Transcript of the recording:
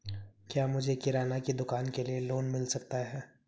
क्या मुझे किराना की दुकान के लिए लोंन मिल सकता है?